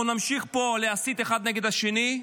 אנחנו נמשיך פה להסית אחד נגד השני,